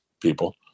people